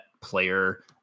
player